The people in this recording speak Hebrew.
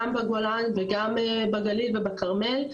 גם בגולן וגם בגליל ובכרמל,